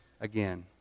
again